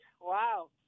wow